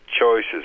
choices